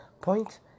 point